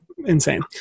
insane